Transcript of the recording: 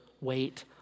wait